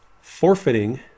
forfeiting